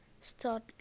Start